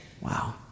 Wow